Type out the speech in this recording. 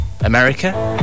america